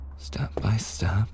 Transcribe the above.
Step-by-step